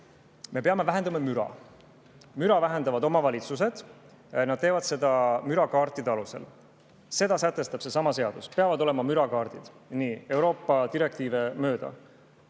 me peame vähendama müra. Müra vähendavad omavalitsused. Nad teevad seda mürakaardi alusel. Seda sätestab seesama seadus, et peavad olema mürakaardid, Euroopa direktiivi järgi.